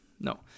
No